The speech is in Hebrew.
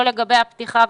לא לגבי הפתיחה,